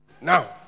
now